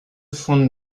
von